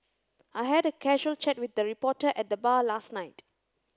I had a casual chat with a reporter at the bar last night